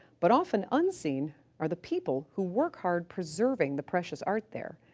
but often unseen are the people who work hard preserving the precious art there.